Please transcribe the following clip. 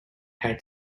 had